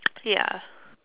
ya